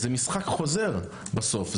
זה משחק חוזר בסוף,